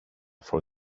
for